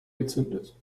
gezündet